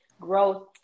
growth